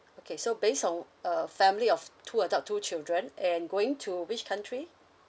okay so based on a family of two adult two children and going to which country